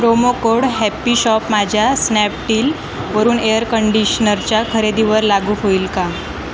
promo code happy shop माझ्या स्नॅपडीलवरून air कंडिशनरच्या खरेदीवर लागू होईल का